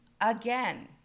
Again